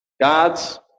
God's